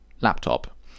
laptop